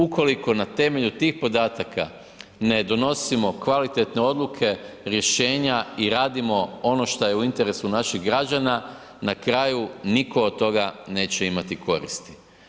Ukoliko na temelju tih podataka ne donosimo kvalitetne odluke, rješenja i radimo ono što je u interesu naših građana, na kraju nitko od toga neće imati koristi.